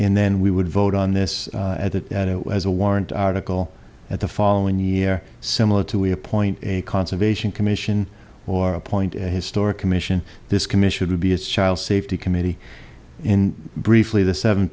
and then we would vote on this at that it was a warrant article at the following year similar to appoint a conservation commission or appoint an historic commission this commission would be a child safety committee in briefly the seven